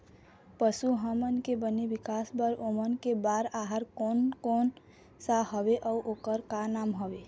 पशु हमन के बने विकास बार ओमन के बार आहार कोन कौन सा हवे अऊ ओकर का नाम हवे?